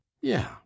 Yeah